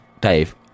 Dave